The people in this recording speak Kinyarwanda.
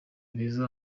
beza